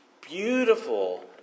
Beautiful